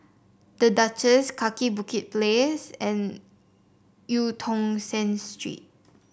The Duchess Kaki Bukit Place and Eu Tong Sen Street